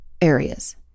areas